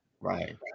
right